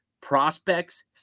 prospects